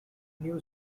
new